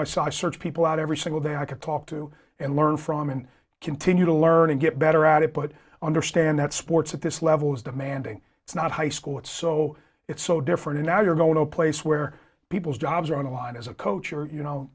socks search people out every single day i could talk to and learn from and continue to learn and get better at it but understand that sports at this level is demanding it's not high school it's so it's so different now you're going to a place where people's jobs are on the line as a coach or you know